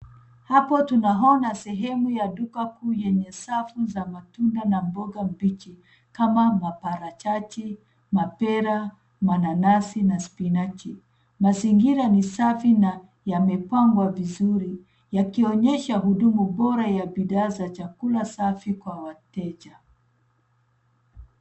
Hapo tunaona sehemu ya duka kuu yenye safu za matunda na mboga mbichi, kama maparachichi, mapera, mananasi, na spinachi. Mazingira ni safi na, yamepangwa vizuri, yakionyesha hudumu bora ya bidhaa za chakula safi kwa wateja.